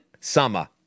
summer